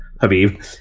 Habib